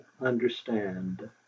understand